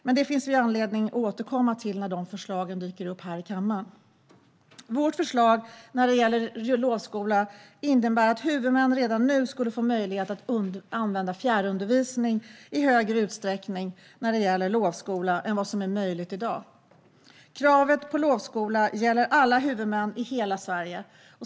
Det finns anledning att återkomma till detta när förslagen dyker upp här i kammaren. Vårt förslag när det gäller lovskola innebär att huvudmän redan nu skulle få möjlighet att använda fjärrundervisning för lovskola i högre utsträckning än vad som är möjligt i dag. Kravet på lovskola gäller alla huvudmän i hela Sverige.